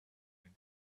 and